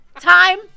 Time